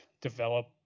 develop